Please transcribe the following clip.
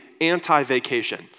anti-vacation